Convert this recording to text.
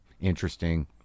interesting